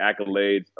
accolades